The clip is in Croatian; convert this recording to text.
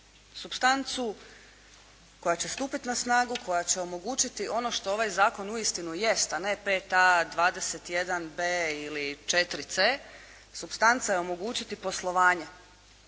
supstancu koja će stupiti na snagu, koja će omogućiti ono što ovaj zakon uistinu jest, a ne 5a, 21b ili 4c. Supstanca je omogućiti poslovanje.